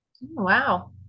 Wow